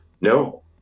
no